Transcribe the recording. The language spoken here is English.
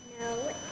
no